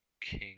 King